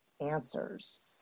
answers